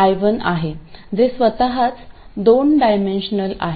I1 आहे जे स्वतःच दोन डायमेन्शनल आहे